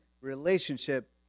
relationship